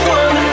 one